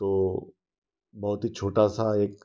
तो बहुत छोटा सा एक